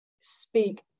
speak